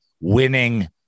Winning